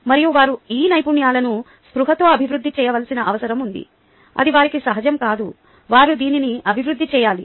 మరియు వారు ఈ నైపుణ్యాలను స్పృహతో అభివృద్ధి చేసుకోవాల్సిన అవసరం ఉంది అది వారికి సహజం కాదు వారు దీనిని అభివృద్ధి చేయాలి